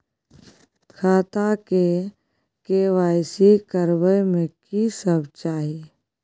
खाता के के.वाई.सी करबै में की सब चाही?